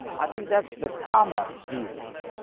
i think that's the common feeling.